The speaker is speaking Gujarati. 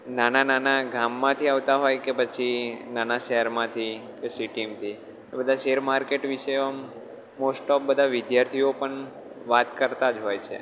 નાના નાના ગામમાંથી આવતા હોય કે પછી નાના શહેરમાંથી કે સિટીમાંથી એ બધા શેર માર્કેટ વિષે આમ મોસ્ટ ઓફ બધા વિદ્યાર્થીઓ પણ વાત કરતા જ હોય છે